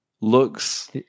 looks